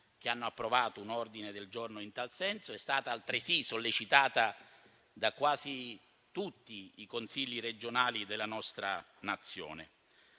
che hanno approvato un ordine del giorno in tal senso, e da quasi tutti i Consigli regionali della nostra Nazione.